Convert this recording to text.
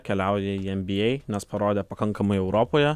keliauja į nba nes parodė pakankamai europoje